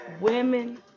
women